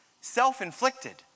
self-inflicted